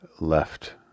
left